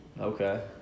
Okay